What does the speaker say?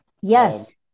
Yes